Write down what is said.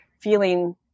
feeling